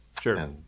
Sure